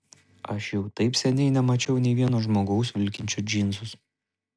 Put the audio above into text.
aš jau taip seniai nemačiau nei vieno žmogaus vilkinčio džinsus